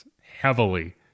heavily